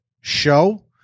show